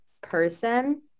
person